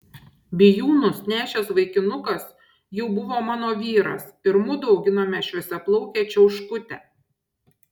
bijūnus nešęs vaikinukas jau buvo mano vyras ir mudu auginome šviesiaplaukę čiauškutę